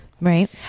Right